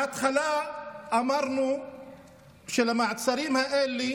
מההתחלה אמרנו שלמעצרים האלה